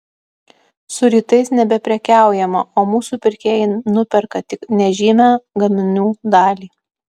su rytais nebeprekiaujama o mūsų pirkėjai nuperka tik nežymią gaminių dalį